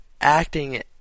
acting